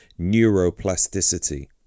neuroplasticity